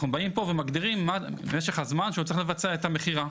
אנחנו באים פה ומגדירים מה משך הזמן שהוא צריך לבצע את המכירה.